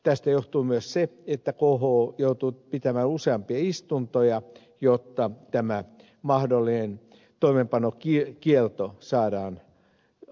tästä johtuu myös se että kho joutuu pitämään useampia istuntoja jotta tämä mahdollinen toimeenpanokielto saadaan aikaan